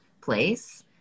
place